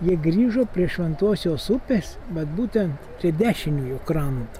jie grįžo prie šventosios upės vat būtent prie dešiniojo kranto